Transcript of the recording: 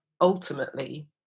ultimately